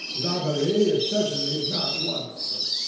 robbery is certainly not one of them.